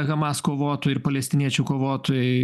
hamas kovotojų ir palestiniečių kovotojai